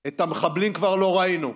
את המחבלים כבר לא ראינו.